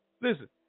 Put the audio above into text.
listen